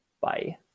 Bye